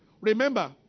Remember